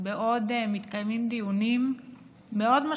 בעוד מתקיימים דיונים בוועדות,